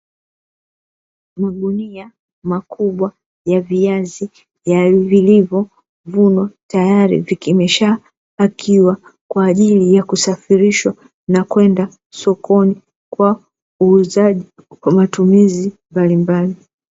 Magunia makubwa ya viazi mviringo vimevunwa tayari vimeshapakiwa kwa ajili ya kushafirishwa na kwenda sokoni kwa uuzaji wa matumizi mbalimbali.